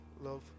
love